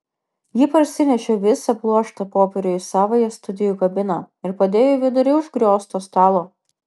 ji parsinešė visą pluoštą popierių į savąją studijų kabiną ir padėjo į vidurį užgriozto stalo